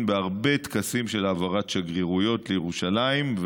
בעוד הרבה טקסים של העברת שגרירויות לירושלים.